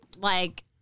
like-